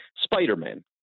Spider-Man